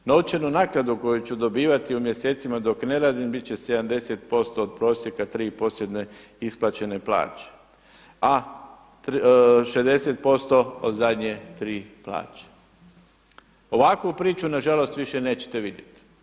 Novčanu naknadu koju ću dobivati u mjesecima dok ne radim bit će 70% od prosjeka 3 posljednje isplaćene plaće, a 60% od zadnje 3 plaće.“ Ovakvu priču na žalost više nećete vidjeti.